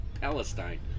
Palestine